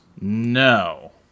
No